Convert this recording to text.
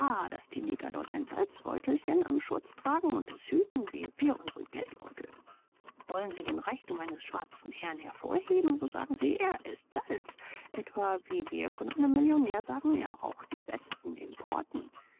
daß die neger dort ein salzbeutelchen am schurz tragen und es hüten wie wir unsren geldbeutel wollen sie den reichtum eines schwarzen herrn hervorheben so sagen sie er ißt salz etwa wie wir von einem millionär sagen er raucht die besten importen